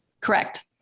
Correct